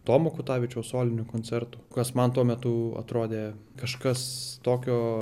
tomo kutavičiaus soliniu koncertu kas man tuo metu atrodė kažkas tokio